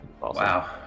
Wow